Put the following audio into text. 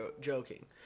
joking